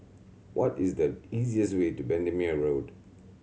what is the easiest way to Bendemeer Road